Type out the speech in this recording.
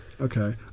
Okay